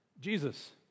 Jesus